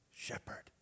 Shepherd